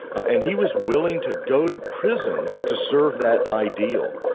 and he was willing to go to prison to serve that ideal.